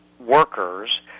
workers